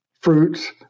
fruits